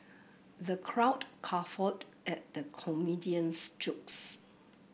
the crowd guffawed at the comedian's jokes